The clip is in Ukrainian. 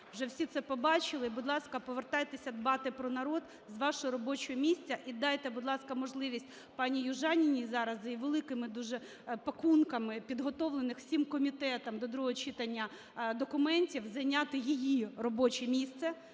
Вже всі це побачили. Будь ласка, повертайтеся дбати про народ з вашого робочого місця, і дайте, будь ласка, можливість пані Южаніній зараз з великими дуже пакунками підготовлених всім комітетом до другого читання документів зайняти її робоче місце.